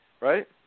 Right